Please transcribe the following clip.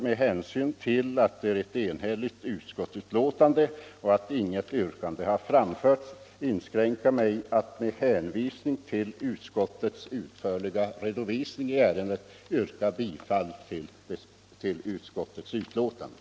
Med hänsyn till att det föreligger ett enhälligt utskottsbetänkande och inget yrkande har framställts skall jag inskränka mig till att med hänvisning till utskottets utförliga redovisning i ärendet yrka bifall till utskottets hemställan.